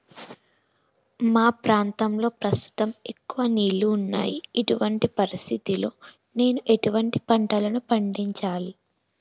మా ప్రాంతంలో ప్రస్తుతం ఎక్కువ నీళ్లు ఉన్నాయి, ఇటువంటి పరిస్థితిలో నేను ఎటువంటి పంటలను పండించాలే?